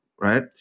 right